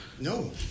No